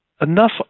enough